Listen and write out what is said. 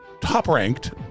top-ranked